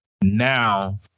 now